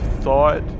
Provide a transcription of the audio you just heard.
thought